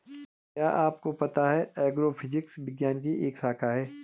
क्या आपको पता है एग्रोफिजिक्स विज्ञान की एक शाखा है?